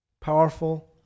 Powerful